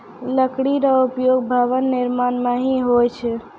लकड़ी रो उपयोग भवन निर्माण म भी होय छै